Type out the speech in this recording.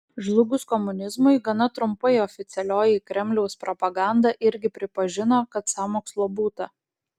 žlugus komunizmui gana trumpai oficialioji kremliaus propaganda irgi pripažino kad sąmokslo būta